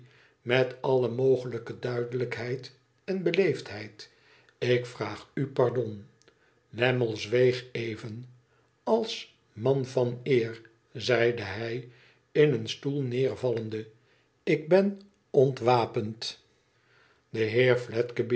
met alle mogelijke duidelijkheid en beleefdheid tik vraag u pardon lammie zweeg even t als man van eer zeide hij in een stoel neervallende tik ben ontwapend de